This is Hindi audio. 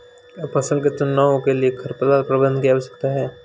क्या फसल के चुनाव के लिए खरपतवार प्रबंधन भी आवश्यक है?